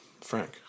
Frank